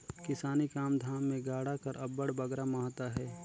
किसानी काम धाम मे गाड़ा कर अब्बड़ बगरा महत अहे